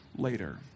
later